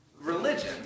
Religion